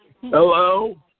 Hello